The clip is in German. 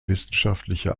wissenschaftliche